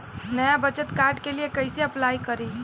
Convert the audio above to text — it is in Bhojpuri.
नया बचत कार्ड के लिए कइसे अपलाई करी?